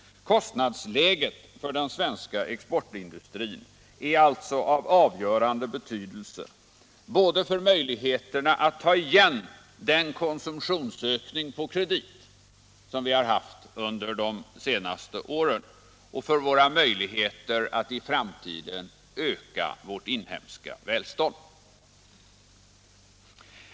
Kostnadsläget för den svenska exportindustrin är alltså av avgörande betydelse både för möjligheterna att ta igen den konsumtionsökning ”på kredit”, som vi haft under de båda senaste åren, och för våra möjligheter att öka vårt inhemska välstånd.